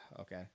okay